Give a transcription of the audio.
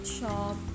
shop